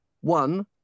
one